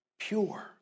Pure